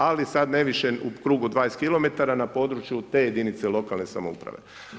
Ali, sad ne više u krugu 20 kilometara na području te jedinice lokalne samouprave.